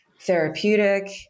therapeutic